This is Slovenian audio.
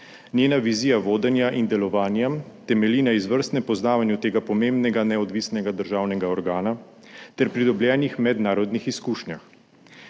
Njena vizija vodenja in delovanja temelji na izvrstnem poznavanju tega pomembnega neodvisnega državnega organa ter pridobljenih mednarodnih izkušnjah.